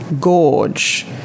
gorge